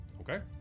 Okay